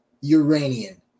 Uranian